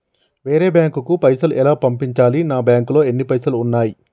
వేరే బ్యాంకుకు పైసలు ఎలా పంపించాలి? నా బ్యాంకులో ఎన్ని పైసలు ఉన్నాయి?